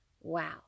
Wow